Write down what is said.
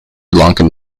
lankan